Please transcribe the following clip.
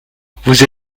vous